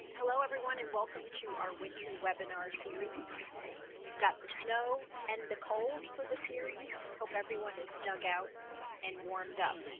hello everyone and welcome to our winter webinar series you've got the snow and the cold for the series. i hope everyone is dug out and warmed up